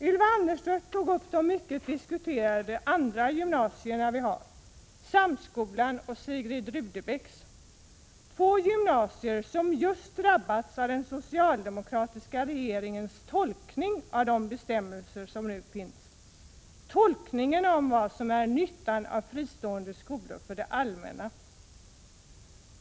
Ylva Annerstedt tog upp de mycket diskuterade andra gymnasier som vi har, Samskolan och Sigrid Rudebecks gymnasium. Det är två gymnasier som just drabbats av den socialdemokratiska regeringens tolkning av de bestämmelser som nu finns, en tolkning av vad som är nyttan av fristående skolor för det allmänna.